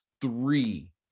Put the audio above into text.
three